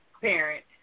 parent